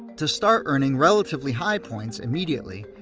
to start earning relatively high points immediately,